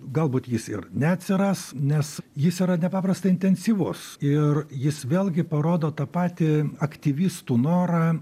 galbūt jis ir neatsiras nes jis yra nepaprastai intensyvus ir jis vėlgi parodo tą patį aktyvistų norą